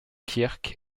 kirk